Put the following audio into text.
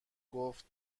گفت